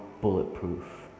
bulletproof